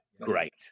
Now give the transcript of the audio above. Great